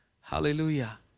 Hallelujah